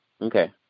Okay